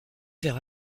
vers